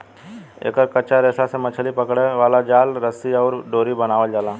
एकर कच्चा रेशा से मछली पकड़े वाला जाल, रस्सी अउरी डोरी बनावल जाला